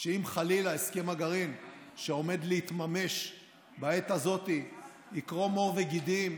שאם חלילה הסכם הגרעין שעומד להתממש בעת הזאת יקרום עור וגידים,